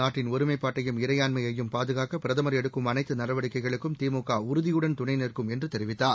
நாட்டின் ஒருமைப்பாட்டையும் இறையாண்மையையும் பாதுகாக்க பிரதமா் எடுக்கும் அனைத்து நடவடிக்கைகளுக்கும் திமுக உறுதியுடன் துணைநிற்கும் என்று தெரிவித்தார்